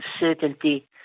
uncertainty